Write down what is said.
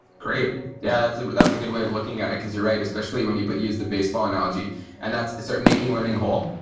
great yeah, that's like but that's a good way of looking at it because you're right especially when you don't but use the baseball analogy and that's start making learning whole?